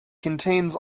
contains